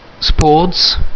sports